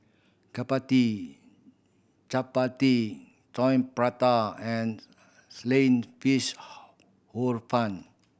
chappati chappati Coin Prata and sliced fish Hor Fun